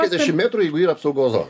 trisdešim metrų jeigu apsaugos zona